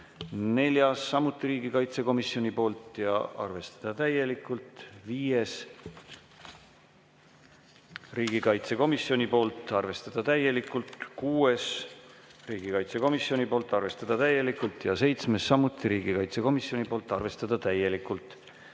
Neljas, samuti riigikaitsekomisjonilt, arvestada täielikult. Viies, riigikaitsekomisjonilt, arvestada täielikult. Kuues, riigikaitsekomisjonilt, arvestada täielikult. Seitsmes, samuti riigikaitsekomisjoni ettepanek, arvestada täielikult.